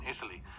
Italy